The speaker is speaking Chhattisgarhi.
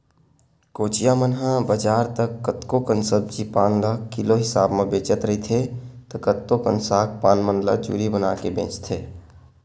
कोचिया मन ह बजार त कतको कन सब्जी पान ल किलो हिसाब म बेचत रहिथे त कतको कन साग पान मन ल जूरी बनाके बेंचथे